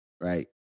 right